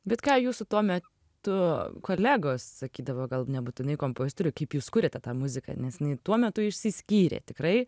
bet ką jūsų tuo metu kolegos sakydavo gal nebūtinai kompozitoriai kaip jūs kuriate tą muziką nes jinai tuo metu išsiskyrė tikrai